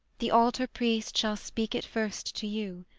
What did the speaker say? the altar-priest shall speak it first to you.